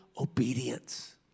obedience